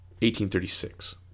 1836